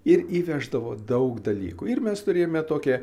ir įveždavo daug dalykų ir mes turėjome tokią